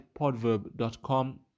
podverb.com